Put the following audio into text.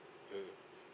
mm